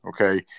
Okay